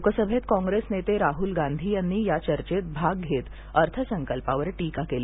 लोकसभेत काँग्रेस नेते राहूल गांधी यांनी या चर्चेत भाग घेत अर्थसंकल्पावर टीका केली